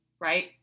right